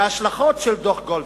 מההשלכות של דוח גולדסטון,